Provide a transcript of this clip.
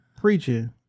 preaching